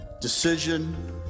decision